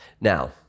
Now